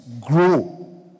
grow